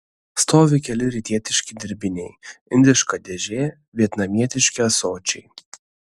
stovi keli rytietiški dirbiniai indiška dėžė vietnamietiški ąsočiai